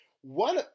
One